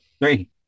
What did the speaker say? Three